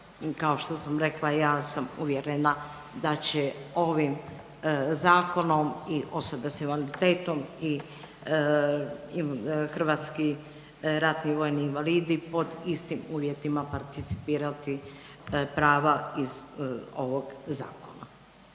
kao što sam rekla, ja sam uvjerena da će ovim zakonom i osobe s invaliditetom i hrvatski ratni vojni invalidi pod istim uvjetima participirati prava iz ovog zakona.